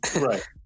Right